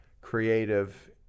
creative